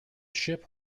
ship